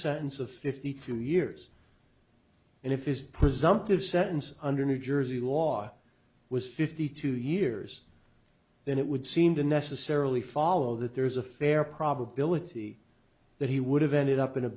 sentence of fifty two years and if is presumptive sentence under new jersey law was fifty two years then it would seem to necessarily follow that there's a fair probability that he would have ended up in a